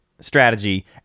strategy